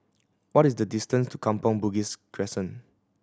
what is the distance to Kampong Bugis Crescent